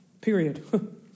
Period